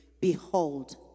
behold